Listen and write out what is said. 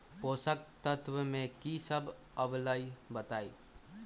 पोषक तत्व म की सब आबलई बताई?